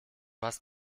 hast